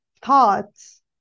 thoughts